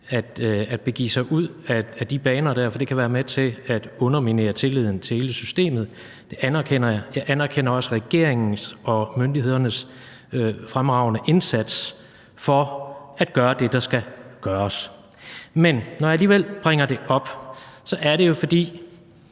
at begive sig ud ad de baner, for det kan være med til at underminere tilliden til hele systemet. Det anerkender jeg. Jeg anerkender også regeringens og myndighedernes fremragende indsats for at gøre det, der skal gøres. Men når jeg alligevel bringer det op, er det jo, fordi